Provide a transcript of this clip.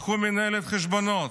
לקחו מנהלת חשבונות.